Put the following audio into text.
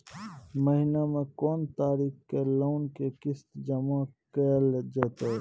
महीना के कोन तारीख मे लोन के किस्त जमा कैल जेतै?